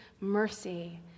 mercy